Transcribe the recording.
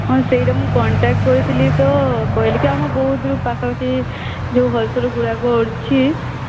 ହଁ ସେହିଟା ମୁଁ କଣ୍ଟାକ୍ଟ କରିଥିଲି ତ କହିଥିଲେ କି ଆମ ବୌଦ୍ଧ ପାଖା ପାଖି ଯେଉଁ ହୋଲସେଲ ଗୁଡ଼ାକ ଅଛି